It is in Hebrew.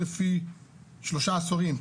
לפי שלושה עשורים,